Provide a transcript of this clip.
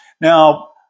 Now